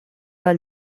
del